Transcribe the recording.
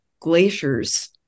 glaciers